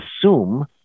assume